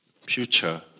future